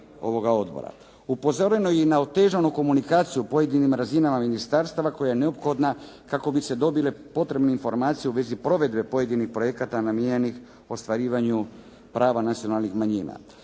Upozoreno je i na otežanu komunikaciju u pojedinim razinama ministarstava koja je neophodna kako bi se dobile potrebne informacije u vezi provedbe pojedinih projekata namijenjenih ostvarivanju prava nacionalnih manjina.